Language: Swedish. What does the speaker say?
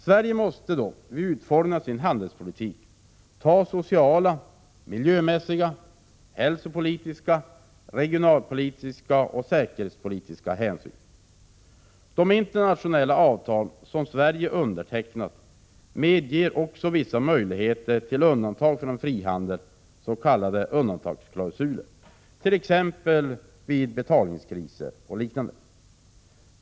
Sverige måste vid utformningen av sin handelspolitik ta sociala, miljömässiga, hälsopolitiska, regionalpolitiska och säkerhetspolitiska hänsyn. De internationella avtal som Sverige undertecknat medger vissa möjligheter till undantag från frihandel, s.k. undantagsklausuler, t.ex. vid betalningsbalanskriser och liknande.